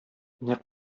нәкъ